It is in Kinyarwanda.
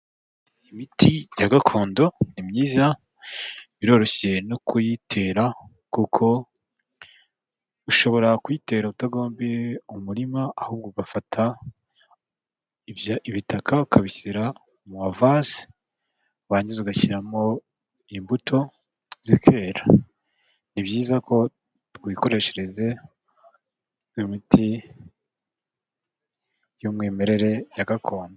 Imiti ya gakondo ni myiza, biroroshye no kuyitera kuko ushobora kuyitera utagombye umurima ahubwo ugafata ibitaka ukabishyira mu mavaze, warangiza ugashyiramo imbuto zikera, ni byiza ko twikoreshereze iyo miti y'umwimerere ya gakondo.